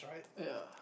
ya